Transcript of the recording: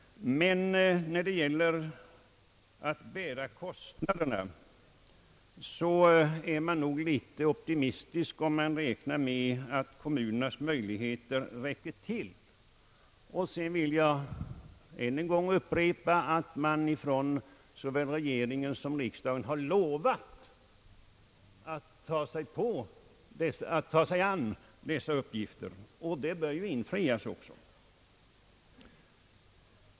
Men när det gäller kostnaden är det nog litet optimistiskt att räkna med att kommunernas möjligheter räcker till. Jag vill än en gång upprepa, att såväl regeringen som riksdagen har lovat att ta sig an dessa uppgifter. Det löftet bör också infrias.